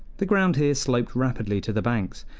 the ground here sloped rapidly to the banks,